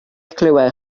clywed